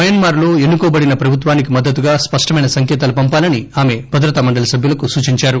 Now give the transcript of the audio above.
Myanmar లో ఎన్నుకోబడిన ప్రభుత్వానికి మద్దతుగా స్పష్టమైన సంకేతాలు పంపాలని ఆమె భద్రతా మండలి సభ్యులకు సూచించారు